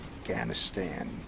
Afghanistan